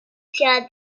پیاده